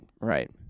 Right